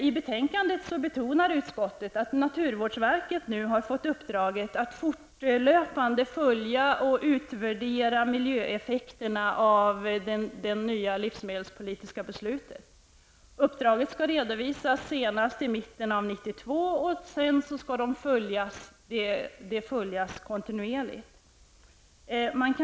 I betänkandet betonar utskottet att naturvårdsverket har fått uppdraget att fortlöpande följa och utvärdera miljöeffekterna av det nya livsmedelspolitiska beslutet. Uppdraget skall redovisas i mitten avjuni 1992, och därefter skall en kontinuerlig uppföljning ske.